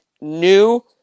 new